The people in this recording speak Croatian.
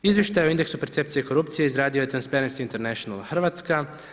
Izvještaj o indeksu percepcije i korupcije izradio je Transparency International Hrvatska.